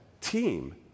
team